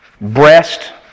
breast